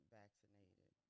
vaccinated